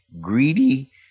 greedy